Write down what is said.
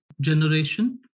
generation